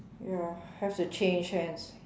ya have to change hands